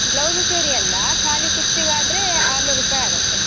blouse ಸೇರಿ ಅಲ್ಲ ಖಾಲಿ ಕುಚ್ಚಿಗೆ ಆದರೆ ಆರುನೂರು ರೂಪಾಯಿ ಆಗುತ್ತೆ